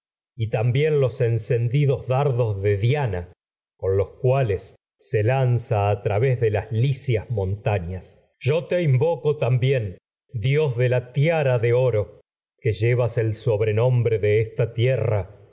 y también se los encendidos dardos licias oro diana con los cuales lanza a través de las montañas yo te invoco también dios de la tiara de que llevas el de sobrenombre de esta tierra